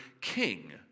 king